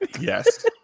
Yes